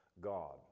God